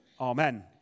Amen